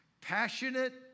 Passionate